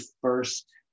first